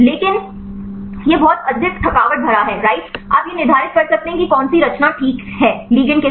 लेकिन यह बहुत अधिक थकावट भरा हैराइट आप यह निर्धारित कर सकते हैं कि कौन सी रचना ठीक है लिगैंड के साथ